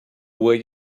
where